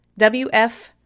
WF